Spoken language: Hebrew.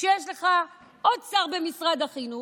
שיש לך עוד שר במשרד החינוך,